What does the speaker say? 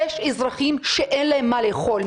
יש אזרחים שאין להם מה לאכול,